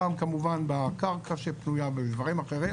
גם כמובן בקרקע שפנויה ובדברים אחרים